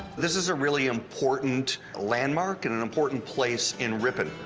this is a really important landmark, and an important place in ripon.